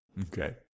Okay